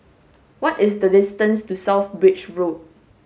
what is the distance to South Bridge Road